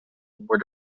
were